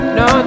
no